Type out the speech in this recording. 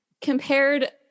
compared